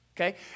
okay